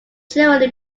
generally